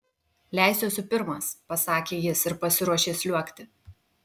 leisiuosi pirmas pasakė jis ir pasiruošė sliuogti